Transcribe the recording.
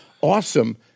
awesome